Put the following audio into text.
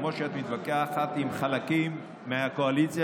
כמו שאת מתווכחת עם חלקים מהקואליציה,